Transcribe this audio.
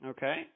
Okay